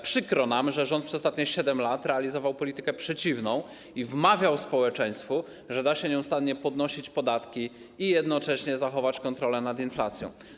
Przykro nam, że rząd przez ostatnie 7 lat realizował politykę przeciwną i wmawiał społeczeństwu, że da się nieustannie podnosić podatki i jednocześnie zachować kontrolę nad inflacją.